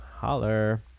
Holler